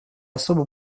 особо